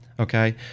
Okay